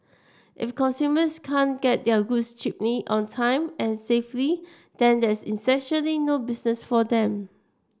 if consumers can't get their goods cheaply on time and safely then there's essentially no business for them